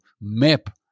map